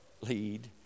lead